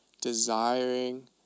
desiring